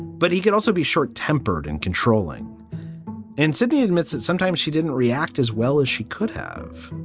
but he could also be short tempered and controlling in sydney admits that sometimes she didn't react as well as she could have.